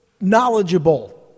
knowledgeable